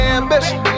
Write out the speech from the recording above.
ambition